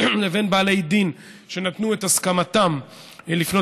לבין בעלי דין שנתנו את הסכמתם לפנות